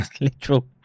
literal